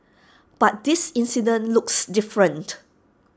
but this incident looks different